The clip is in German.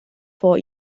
vor